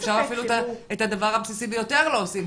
את הדבר הבסיסי ביותר לא עושים,